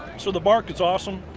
so the bark is awesome.